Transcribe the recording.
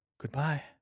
goodbye